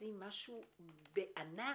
מפספסים משהו בענק.